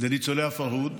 לניצולי הפרהוד,